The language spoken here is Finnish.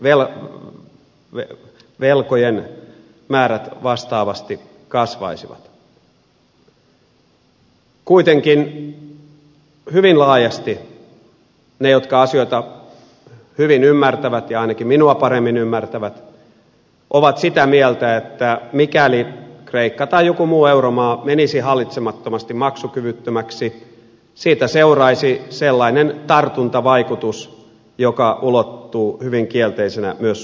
kuitenkin hyvin laajasti ne jotka asioita hyvin ymmärtävät ja ainakin minua paremmin ymmärtävät ovat sitä mieltä että mikäli kreikka tai joku muu euromaa menisi hallitsemattomasti maksukyvyttömäksi siitä seuraisi sellainen tartuntavaikutus joka ulottuisi hyvin kielteisenä myös suomen talouteen